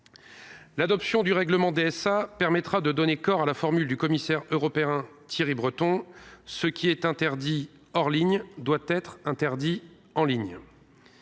L’adoption du règlement européen DSA permettra de donner corps à la formule du commissaire européen Thierry Breton :« Tout ce qui est interdit hors ligne doit l’être en ligne.